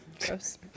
Gross